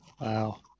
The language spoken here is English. Wow